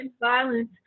violence